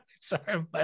sorry